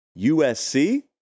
USC